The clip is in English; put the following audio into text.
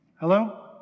Hello